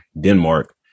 denmark